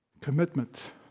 Commitment